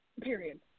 period